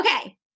Okay